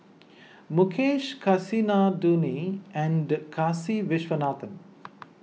Mukesh Kasinadhuni and Kasiviswanathan